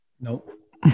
Nope